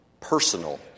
personal